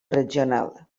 regional